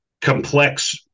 complex